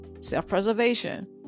Self-preservation